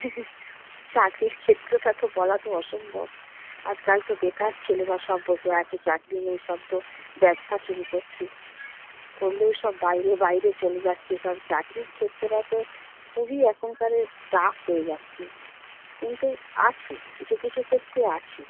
চাকরির ক্ষেত্রটা তো বলা তো অসম্ভব আজকাল তো বেকার ছেলেরা সব বসে আছে চাকরি নেই সব তো ব্যবসা শুরু করছে করলেও সব বাইরে বাইরে চলে যাচ্ছে সব চাকরির ক্ষেত্রটা তো খুবই এখনকার টাফ হয়ে যাচ্ছে কিন্তু আছে কিছু কিছু ক্ষেত্রে আছে